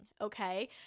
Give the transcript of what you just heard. okay